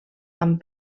amb